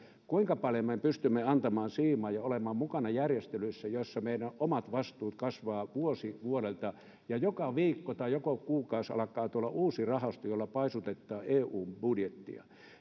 kuinka paljon me pystymme antamaan siimaa ja olemaan mukana järjestelyissä joissa meidän omat vastuut kasvavat vuosi vuodelta ja joka viikko tai joka kuukausi alkaa tuolla uusi rahasto jolla paisutetaan eun budjettia